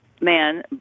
man